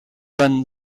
tan